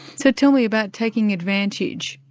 so tell me about taking advantage.